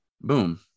boom